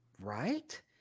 Right